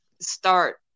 start